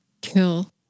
kill